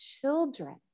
children